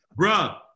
bruh